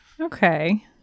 Okay